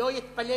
אל יתפלא